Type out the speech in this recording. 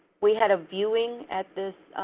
we had a viewing at this